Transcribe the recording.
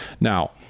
now